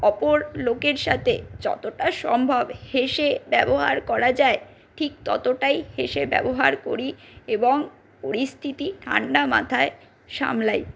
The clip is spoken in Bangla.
অপর লোকের সাথে যতটা সম্ভব হেসে ব্যবহার করা যায় ঠিক ততটাই হেসে ব্যবহার করি এবং পরিস্থিতি ঠান্ডা মাথায় সামলাই